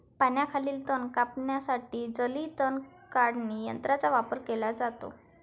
पाण्याखालील तण कापण्यासाठी जलीय तण काढणी यंत्राचा वापर केला जातो